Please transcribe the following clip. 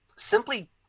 simply